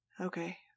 Okay